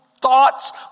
thoughts